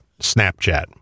Snapchat